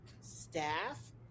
staff